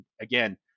again